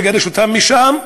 לגרש אותם משם,